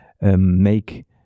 make